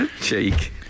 cheek